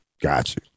Gotcha